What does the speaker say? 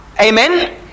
Amen